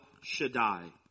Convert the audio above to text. Shaddai